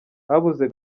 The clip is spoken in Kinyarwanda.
habuze